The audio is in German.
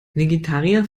vegetarier